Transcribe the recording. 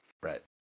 Right